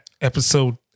Episode